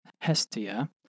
Hestia